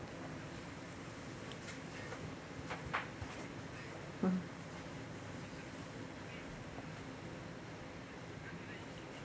hmm